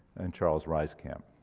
and charles reiscamp.